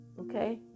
Okay